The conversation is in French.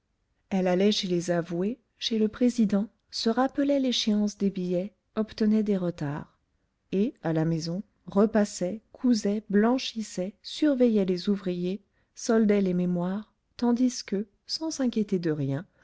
elle allait chez les avoués chez le président se rappelait l'échéance des billets obtenait des retards et à la maison repassait cousait blanchissait surveillait les ouvriers soldait les mémoires tandis que sans s'inquiéter de rien